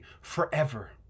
forever